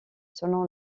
selon